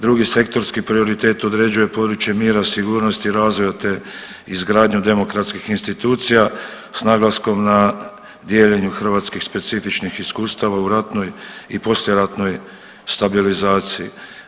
Drugi sektorski prioritet određuje područje mjera sigurnosti razvoja te izgradnju demokratskih institucija s naglaskom na dijeljenju hrvatskih specifičnih iskustava u ratnoj i poslijeratnoj stabilizaciji.